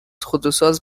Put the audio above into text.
خودروساز